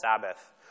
Sabbath